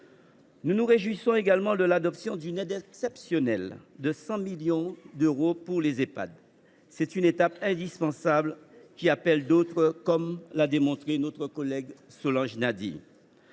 Nous nous réjouissons également de l’adoption d’une aide exceptionnelle de 100 millions d’euros pour les Ehpad. C’est une étape indispensable, qui en appelle d’autres, comme l’a démontré notre collègue Solanges Nadille.